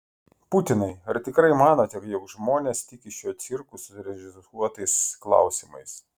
putinai ar tikrai manote jog žmonės tiki šiuo cirku su surežisuotais klausimais